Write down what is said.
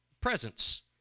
presence